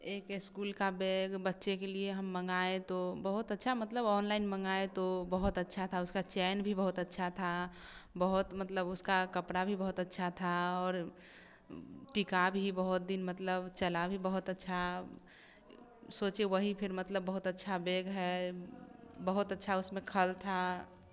एक एस्कूल का बैग बच्चे के लिए हम मंगाएँ तो बहुत अच्छा मतलब ऑनलाइन मंगाएँ तो बहुत अच्छा था उसका चैन भी बहोत अच्छा थां बहुत मतलब उसका कपड़ा भी बहुत अच्छा था और टिकाऊ भी बहुत दिन मतलब चला भी बहुत अच्छा सोचे वही फिर मतलब बहुत अच्छा बेग है बहुत अच्छा उसमें खल था